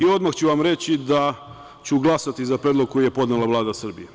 Odmah ću vam reći da ću glasati za predlog koji je podnela Vlada Srbije.